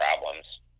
problems